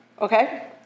okay